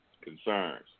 concerns